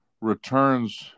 returns